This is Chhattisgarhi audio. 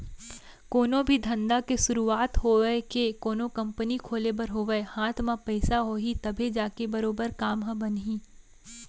कोनो भी धंधा के सुरूवात होवय के कोनो कंपनी खोले बर होवय हाथ म पइसा होही तभे जाके बरोबर काम ह बनही